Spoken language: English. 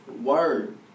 Word